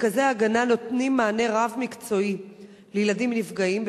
מרכזי ההגנה נותנים מענה רב-מקצועי לילדים נפגעים,